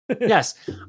yes